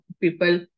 people